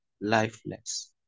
lifeless